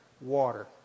water